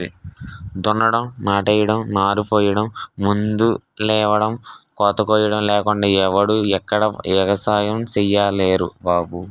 దున్నడం, నాట్లెయ్యడం, నారుపొయ్యడం, మందులెయ్యడం, కోతకొయ్యడం లేకుండా ఎవడూ ఎక్కడా ఎగసాయం సెయ్యలేరు బాబూ